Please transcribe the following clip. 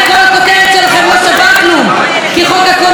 כי חוק הקולנוע הזה עושה צדק אמיתי עם